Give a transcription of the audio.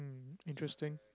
interesting